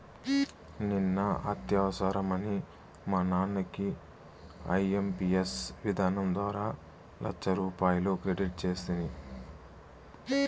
నిన్న అత్యవసరమని మా నాన్నకి ఐఎంపియస్ విధానం ద్వారా లచ్చరూపాయలు క్రెడిట్ సేస్తిని